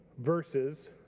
verses